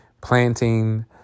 planting